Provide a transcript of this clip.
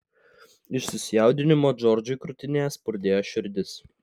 iš susijaudinimo džordžui krūtinėje spurdėjo širdis